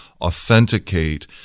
authenticate